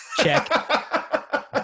check